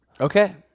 Okay